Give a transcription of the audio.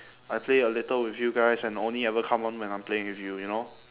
I play a little with you guys and only ever come on when I'm playing with you you know